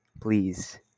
Please